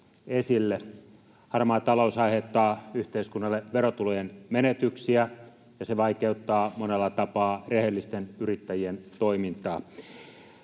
Harmaa talous aiheuttaa yhteiskunnalle verotulojen menetyksiä, ja se vaikeuttaa monella tapaa rehellisten yrittäjien toimintaa.